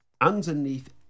underneath